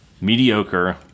mediocre